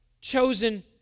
chosen